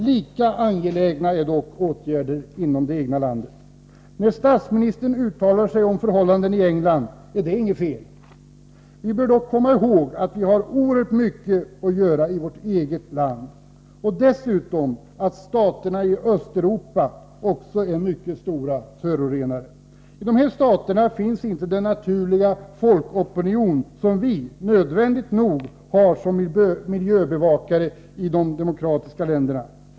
Lika angelägna är dock åtgärder inom det egna landet. När statsministern uttalar sig om förhållandena i England är det inget fel. Vi bör dock komma ihåg att det finns oerhört mycket att göra i vårt eget land. Dessutom får vi inte glömma att staterna i Östeuropa också är mycket stora förorenare. I dessa stater finns inte den naturliga folkopinion som vi i de demokratiska länderna, nödvändigt nog, har som miljöbevakare.